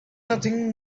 nothing